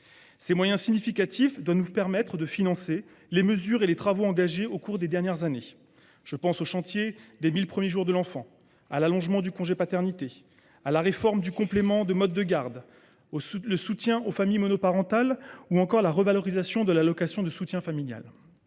Ces moyens significatifs doivent nous permettre de financer les mesures et les travaux engagés au cours des dernières années : le chantier des mille premiers jours de l’enfant, l’allongement du congé paternité, la réforme du complément de mode de garde, le soutien aux familles monoparentales et la revalorisation de l’allocation de soutien familial